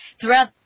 throughout